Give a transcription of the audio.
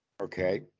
Okay